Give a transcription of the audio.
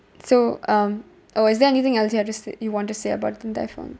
so um oh is there anything else you have to s~ you want to say about din tai fung